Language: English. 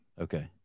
Okay